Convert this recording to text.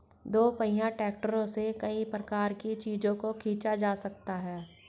दोपहिया ट्रैक्टरों से कई प्रकार के चीजों को खींचा जा सकता है